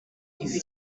iva